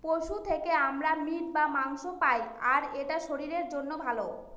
পশু থেকে আমরা মিট বা মাংস পায়, আর এটা শরীরের জন্য ভালো